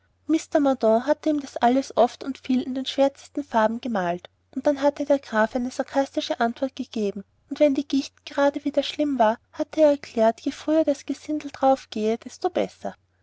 mr mordaunt hatte ihm das alles oft und viel in den schwärzesten farben gemalt und dann hatte der graf eine sarkastische antwort gegeben und wenn die gicht gerade schlimm war hatte er erklärt je früher das gesindel draufgehe desto besser